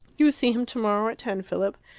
you see him tomorrow at ten, philip.